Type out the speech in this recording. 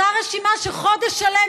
אותה רשימה שחודש שלם,